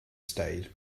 stayed